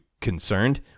concerned